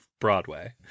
Broadway